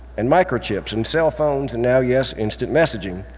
and microchips and cell phones and now, yes, instant messaging,